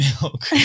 milk